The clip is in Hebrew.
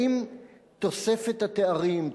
האם תוספת התארים,